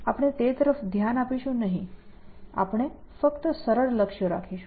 આપણે તે તરફ ધ્યાન આપીશું નહીં આપણે ફક્ત સરળ લક્ષ્યો રાખીશું